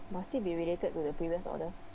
must it be related to the previous order